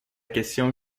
question